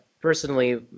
personally